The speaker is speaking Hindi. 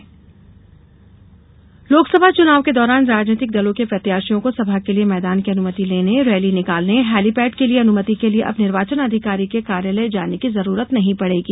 सुविधा पोर्टल लोकसभा चुनाव के दौरान राजनैतिक दलों के प्रत्याशियों को सभा के लिये मैदान की अनुमति लेने रैली निकालने हेलीपैड के लिये अनुमति के लिये अब निर्वाचन अधिकारी के कार्यालय जाने की जरूरत नहीं पड़ेगी